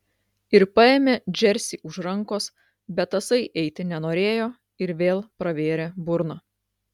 ir paėmė džersį už rankos bet tasai eiti nenorėjo ir vėl pravėrė burną